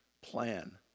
plan